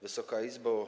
Wysoka Izbo!